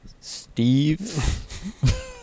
Steve